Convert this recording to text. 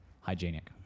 Hygienic